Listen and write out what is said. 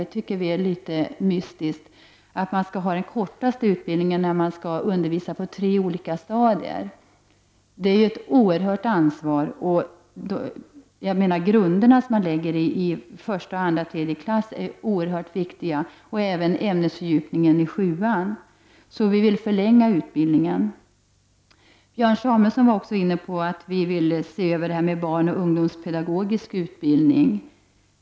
Det är litet mystiskt att utbildningen för att undervisa på tre olika stadier är den kortaste. Det är ett enormt ansvar. De grunder som läggs i första och andra klass är oerhört viktiga, liksom även ämnesfördjupningen i klass 7. Vi vill således förlänga denna utbildning. Björn Samuelson var också inne på att vi vill se över barnoch ungdomspedagogisk utbildning.